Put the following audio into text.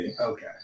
okay